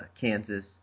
Kansas